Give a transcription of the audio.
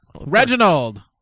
Reginald